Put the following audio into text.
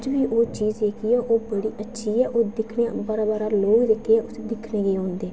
अज्ज बी ओह् चीज जेह्की ऐ ओह् बड़ी अच्छी ऐ ओह् दिक्खने गी बाह्रा बाह्रा लोक जेह्के ऐ उस्सी दिक्खने गी औंदे